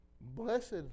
Blessed